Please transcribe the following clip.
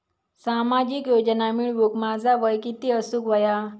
सामाजिक योजना मिळवूक माझा वय किती असूक व्हया?